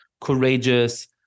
courageous